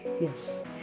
yes